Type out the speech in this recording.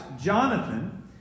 Jonathan